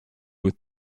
with